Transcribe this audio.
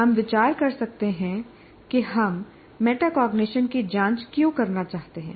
हम विचार कर सकते हैं कि हम मेटाकॉग्निशन की जांच क्यों करना चाहते हैं